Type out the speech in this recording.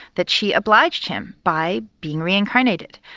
that she obliged him by being reincarnated.